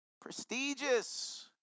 prestigious